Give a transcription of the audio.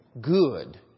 Good